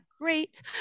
great